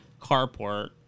carport